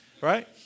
Right